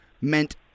meant